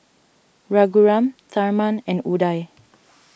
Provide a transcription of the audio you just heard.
Raghuram Tharman and Udai